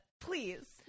Please